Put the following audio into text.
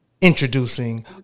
introducing